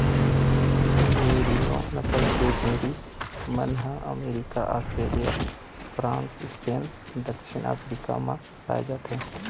मेरिनों नसल के भेड़ी मन ह अमरिका, आस्ट्रेलिया, फ्रांस, स्पेन, दक्छिन अफ्रीका म पाए जाथे